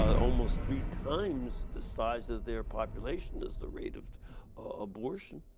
almost three times the size of their population is the rate of abortion.